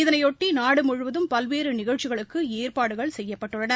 இதனையொட்டி நாடு முழுவதும் பல்வேறு நிகழ்ச்சிகளுக்கு ஏற்பாடுகள் செய்யப்பட்டுள்ளன